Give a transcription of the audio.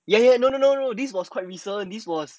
ya ya no no no no this was quite recent this was